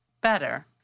Better